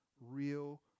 real